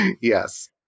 Yes